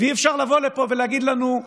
ואי-אפשר לבוא לפה ולהגיד לנו: